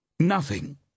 Nothing